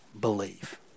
believe